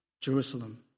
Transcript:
Jerusalem